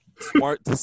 Smart